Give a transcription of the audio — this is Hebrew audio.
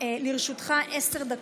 לרשותך עשר דקות.